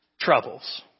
troubles